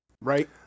right